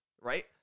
Right